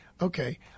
Okay